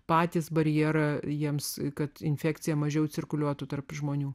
patys barjerą jiems kad infekcija mažiau cirkuliuotų tarp žmonių